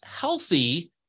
healthy